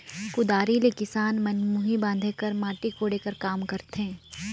कुदारी ले किसान मन मुही बांधे कर, माटी कोड़े कर काम करथे